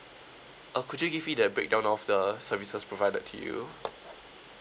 uh could you give me the breakdown of the services provided to you